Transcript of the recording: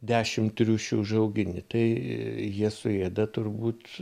dešim triušių užaugini tai jie suėda turbūt